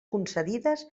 concedides